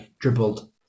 dribbled